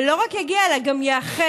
ולא רק יגיע אלא גם ייאכף.